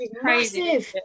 crazy